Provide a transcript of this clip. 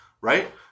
right